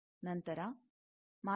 ನಂತರ ಮಾರ್ಗ 1ನ್ನು ಮುಚ್ಚಲಾಗಿದೆ